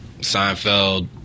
Seinfeld